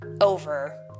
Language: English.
over